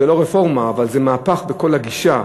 זו לא רפורמה, אבל זה מהפך בכל הגישה.